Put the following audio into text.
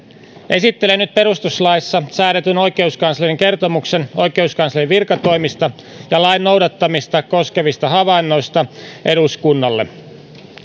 esittelen nyt perustuslaissa säädetyn oikeuskanslerin kertomuksen oikeuskanslerin virkatoimista ja lain noudattamista koskevista havainnoista eduskunnalle